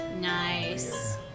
Nice